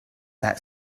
that